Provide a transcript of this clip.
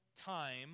time